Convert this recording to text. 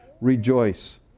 rejoice